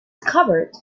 covered